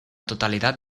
totalidad